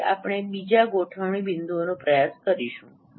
તેથી આપણે બીજા ગોઠવણી બિંદુઓ નો પ્રયાસ કરીશું